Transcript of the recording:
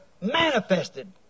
manifested